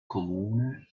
comune